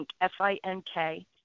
F-I-N-K